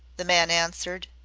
the man answered,